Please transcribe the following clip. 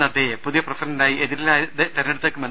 നദ്ദയെ പുതിയ പ്രസിഡന്റായി എതിരില്ലാതെ തെരഞ്ഞെടുത്തേക്കും